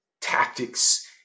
tactics